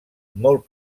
molt